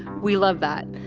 we love that.